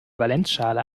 valenzschale